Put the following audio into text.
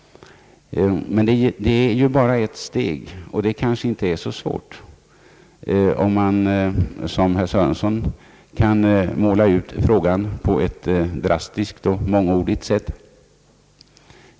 Men det är ju bara ett steg, och det kanske inte är så svårt att ta, om man som herr Sörenson kan måla ut frågan på ett drastiskt och mångordigt sätt.